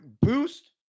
boost